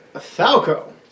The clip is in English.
Falco